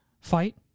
fight